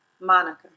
Monica